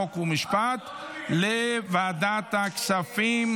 חוק ומשפט לוועדת הכספים,